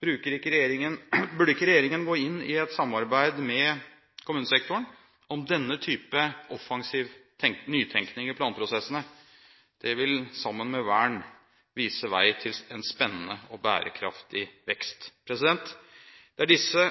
Burde ikke regjeringen gå inn i et samarbeid med kommunesektoren om denne type offensiv nytenkning i planprosessene? Det vil sammen med vern vise vei til en spennende og bærekraftig vekst. Det er disse